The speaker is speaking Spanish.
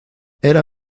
era